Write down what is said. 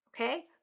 okay